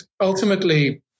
ultimately